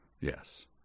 Yes